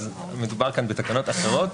אז מדובר כאן בתקנות אחרות,